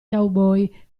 cowboy